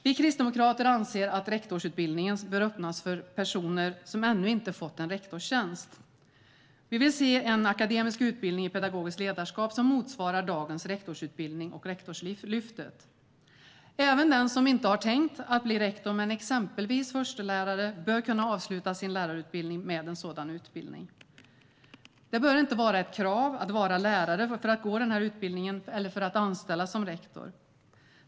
Vi kristdemokrater anser att rektorsutbildningen bör öppnas för personer som ännu inte fått en rektorstjänst. Vi vill se en akademisk utbildning i pedagogiskt ledarskap som motsvarar dagens rektorsutbildning och Rektorslyftet. Även den som inte har tänkt bli rektor men exempelvis förstelärare bör kunna avsluta sin lärarutbildning med en sådan utbildning. Det bör inte vara ett krav att vara lärare för att gå denna utbildning eller för att anställas som rektor.